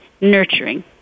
nurturing